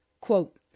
Quote